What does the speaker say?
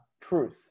truth